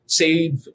save